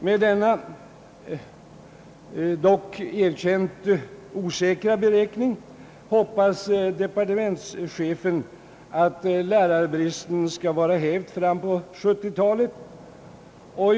Med denna dock erkänt osäkra beräkning hoppas departe mentschefen att lärarbristen skall vara hävd någon gång under 1970-talet.